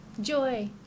joy